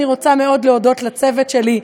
אני רוצה מאוד להודות לצוות שלי,